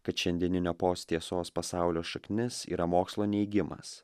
kad šiandieninio post tiesos pasaulio šaknis yra mokslo neigimas